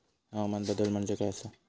हवामान बदल म्हणजे काय आसा?